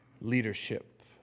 leadership